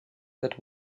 that